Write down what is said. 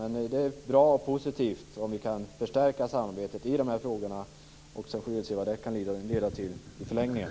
Men det är bra och positivt om vi kan förstärka samarbetet i de här frågorna, och så får vi väl se vad det kan leda till i förlängningen.